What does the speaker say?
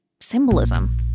symbolism